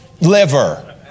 liver